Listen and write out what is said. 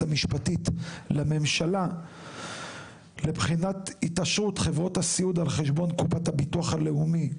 המשפטית לממשלה לבחינת התעשרות חברות הסיעוד על חשבון קופת הביטוח הלאומי,